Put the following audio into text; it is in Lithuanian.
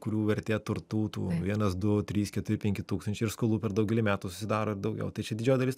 kurių vertė turtų tų vienas du trys keturi penki tūkstančiai ir skolų per daugelį metų susidaro daugiau tai čia didžioji dalis